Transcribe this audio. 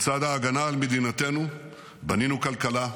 בצד ההגנה על מדינתנו בנינו כלכלה,